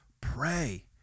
Pray